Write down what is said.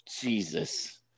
Jesus